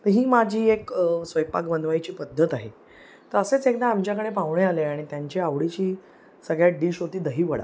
तर ही माझी एक स्वयंपाक बनवायची पद्धत आहे तर असेच एकदा आमच्याकडे पाहुणे आले आणि त्यांची आवडीची सगळ्यात डिश होती दहीवडा